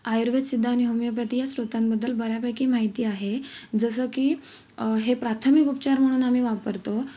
आयुर्वेद सिद्ध आणि होमिओपॅथी या स्रोतांबद्दल बऱ्यापैकी माहिती आहे जसं की हे प्राथमिक उपचार म्हणून आम्ही वापरतो